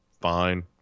Fine